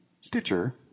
Stitcher